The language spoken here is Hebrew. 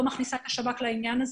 לא מכניסה את השב"כ לעניין זה.